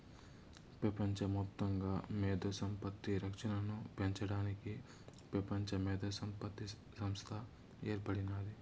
పెపంచ మొత్తంగా మేధో సంపత్తి రక్షనను పెంచడానికి పెపంచ మేధోసంపత్తి సంస్త ఏర్పడినాది